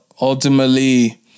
ultimately